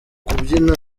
kubyina